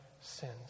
sins